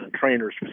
trainers